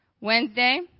Wednesday